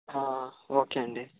okay అండి